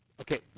Okay